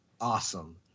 Awesome